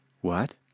What